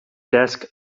desk